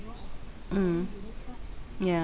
mm yeah